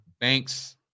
banks